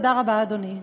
תודה רבה, אדוני.